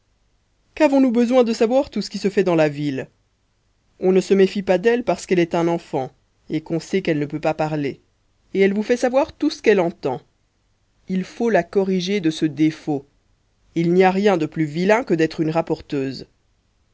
qu'avons-nous besoin de savoir tout ce qui se fait dans la ville on ne se méfie pas d'elle parce qu'elle est une enfant et qu'on sait qu'elle ne peut pas parler et elle vous fait savoir tout ce qu'elle entend il faut la corriger de ce défaut il n'y a rien de plus vilain que d'être une rapporteuse